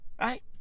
right